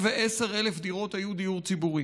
210,000 דירות היו דיור ציבורי.